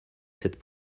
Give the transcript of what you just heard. cette